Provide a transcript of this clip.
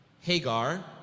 Hagar